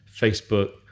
Facebook